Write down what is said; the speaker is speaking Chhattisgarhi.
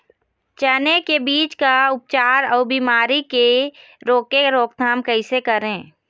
चने की बीज का उपचार अउ बीमारी की रोके रोकथाम कैसे करें?